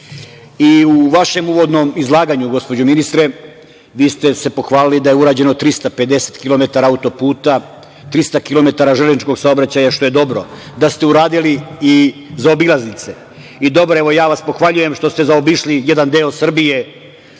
U vašem uvodnom izlaganju, gospođo ministre, vi ste se pohvalili da je urađeno 350 kilometara autoputa, 300 kilometara železničkog saobraćaja što je dobro, da ste uradili i zaobilaznice. Dobro, evo, ja vas pohvaljujem što ste zaobišli jedan deo Srbije